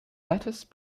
lettuce